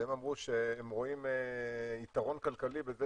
והם אמרו שהם רואים יתרון כלכלי בזה